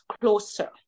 closer